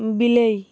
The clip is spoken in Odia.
ବିଲେଇ